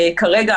כרגע,